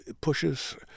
pushes